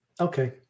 Okay